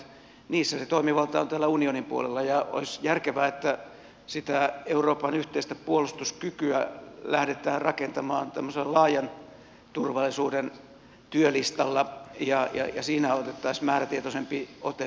niissä se toimivalta on täällä unionin puolella ja olisi järkevää että euroopan yhteistä puolustuskykyä lähdetään rakentamaan tämmöisellä laajan turvallisuuden työlistalla ja siinä otettaisiin määrätietoisempi ote